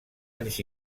anys